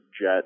jet